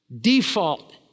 Default